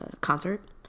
Concert